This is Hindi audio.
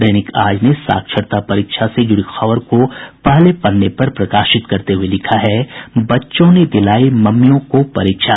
दैनिक आज ने साक्षरता परीक्षा से जुड़ी खबर को पहले पन्ने पर प्रकाशित करते हुये लिखा है बच्चों ने दिलाई मम्मियों को परीक्षा